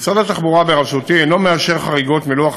משרד התחבורה בראשותי אינו מאשר חריגות מלוח